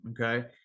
Okay